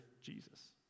Jesus